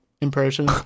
impression